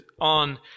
on